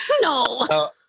No